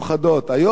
היום בבוקר,